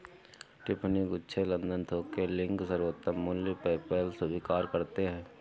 Tiffany, Gucci, London थोक के link, सर्वोत्तम मूल्य, पेपैल स्वीकार करते है